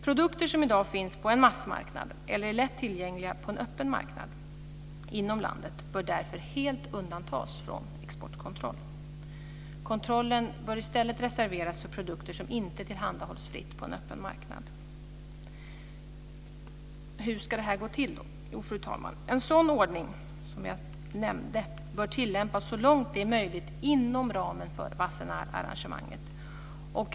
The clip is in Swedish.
Produkter som i dag finns på en massmarknad eller är lätt tillgängliga på en öppen marknad inom landet bör därför helt undantas från exportkontroll. Kontrollen bör i stället reserveras för produkter som inte tillhandahålls fritt på en öppen marknad. Hur ska detta gå till? Jo, fru talman, en sådan ordning som jag nämnde bör tillämpas så långt det är möjligt inom ramen för Wassenaararrangemanget.